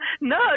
No